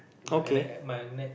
my ne~ my neck